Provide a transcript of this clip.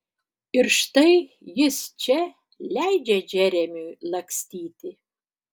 ir štai jis čia leidžia džeremiui lakstyti